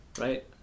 right